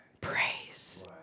praise